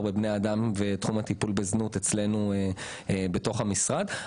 בבני אדם והטיפול בזנות אצלנו בתוך המשרד.